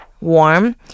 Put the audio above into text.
warm